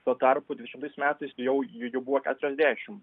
tuo tarpu dvidešimtais metais jau jų buvo keturiasdešimt